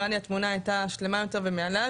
נראה לי התמונה הייתה שלמה יותר ומלאה,